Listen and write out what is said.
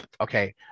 Okay